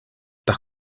par